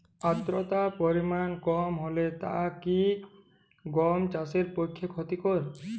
আর্দতার পরিমাণ কম হলে তা কি গম চাষের পক্ষে ক্ষতিকর?